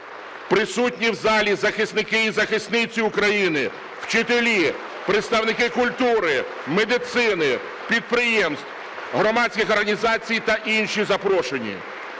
Присутні в залі захисники і захисниці України - вчителі, представники культури, медицини, підприємств, громадських організацій, та інші запрошені.